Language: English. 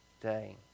day